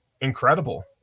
incredible